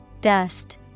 Dust